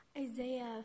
isaiah